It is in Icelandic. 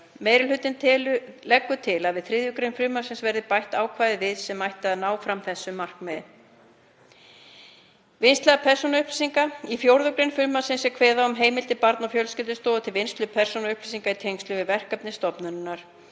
Meiri hlutinn leggur til að við 3. gr. frumvarpsins verði bætt ákvæði sem ættu að ná fram þessu markmiði. Vinnsla persónuupplýsinga: Í 4. gr. frumvarpsins er kveðið á um heimildir Barna- og fjölskyldustofu til vinnslu persónuupplýsinga í tengslum við verkefni stofnunarinnar.